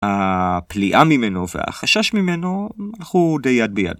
הפליאה ממנו והחשש ממנו הוא די יד ביד.